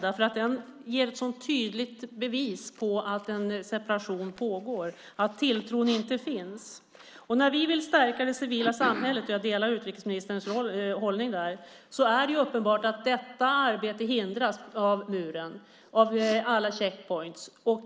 Den är ett tydligt bevis på att en separation pågår och att tilltron inte finns. När vi vill stärka det civila samhället - och jag delar utrikesministerns hållning där - är det uppenbart att detta arbete hindras av muren och alla checkpoints .